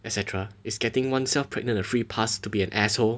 etcetera is getting oneself pregnant a free pass to be an asshole